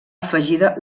afegida